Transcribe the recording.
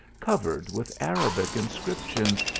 covered with arabic inscriptions,